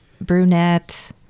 brunette